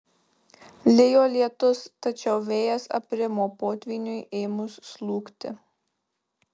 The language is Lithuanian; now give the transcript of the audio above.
lijo lietus tačiau vėjas aprimo potvyniui ėmus slūgti